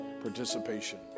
participation